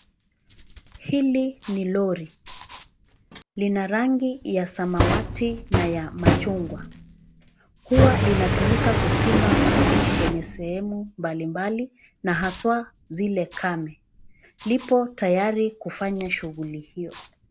Hili ni lori, lina rangi ya samawati na ya machungwa. Huwa linatumika kuchimba maji kwenye sehemu mbalimbali na hasa zile kame. Lipo tayari kufanya shughuli hio.